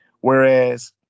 Whereas